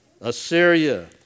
Assyria